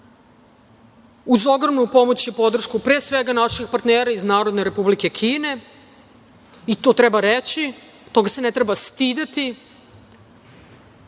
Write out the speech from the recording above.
uz ogromnu pomoć i podršku, pre svega naših partnera iz Narodne Republike Kine, i to treba reći, toga se ne treba stideti,